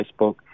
facebook